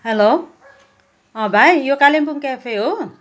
hello अँ भाइ यो कालिम्पुङ क्याफे हो